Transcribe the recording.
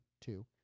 Two